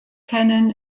kennen